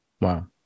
Wow